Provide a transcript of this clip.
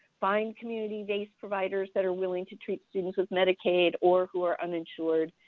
find community based providers that are willing to treat students with medicaid or who are uninsured,